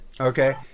Okay